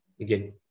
again